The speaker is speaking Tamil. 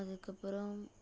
அதுக்கு அப்பறம்